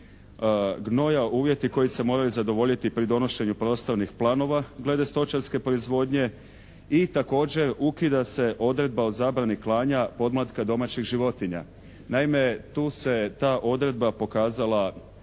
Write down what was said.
gnoja. Uvjeti koji se moraju zadovoljiti pri donošenju prostornih planova glede stočarske proizvodnje i također ukida se odredba o zabrani klanja podmlatka domaćih životinja. Naime, tu se ta odredba pokazala